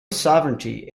sovereignty